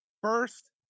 first